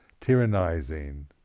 tyrannizing